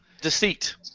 Deceit